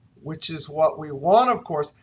which is what we want, of course,